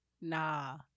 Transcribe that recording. Nah